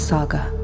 Saga